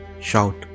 shout